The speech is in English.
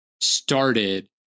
started